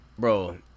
Bro